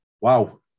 Wow